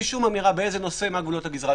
בלי שום אמירה באיזה נושא מהן גבולות הגזרה.